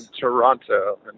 Toronto